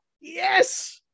Yes